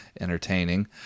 entertaining